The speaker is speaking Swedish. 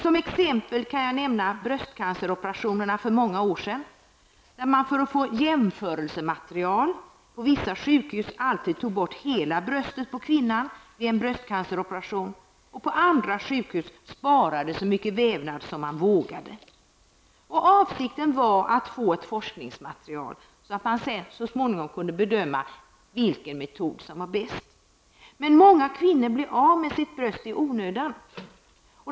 Som exempel kan jag nämna bröstcanceroperationerna för många år sedan. För att få jämförelsemateriel då vissa sjukhus alltid tog bort hela bröstet på kvinnan vid en bröstcanceroperation medan man på andra sjukhus sparade så mycket vävnad som man vågade, tog man fram ett forskningsmaterial för att så småningom kunna bedöma vilken metod som var bäst. Men många kvinnor blev av med sitt bröst i onödan.